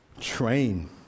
train